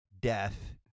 death